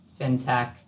FinTech